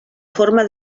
forma